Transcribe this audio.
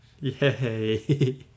Yay